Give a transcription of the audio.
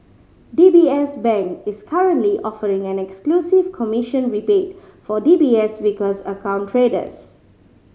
D B S Bank is currently offering an exclusive commission rebate for D B S Vickers account traders